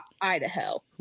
Idaho